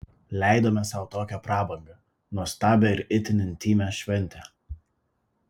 leidome sau tokią prabangą nuostabią ir itin intymią šventę